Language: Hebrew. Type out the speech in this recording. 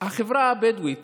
החברה הבדואית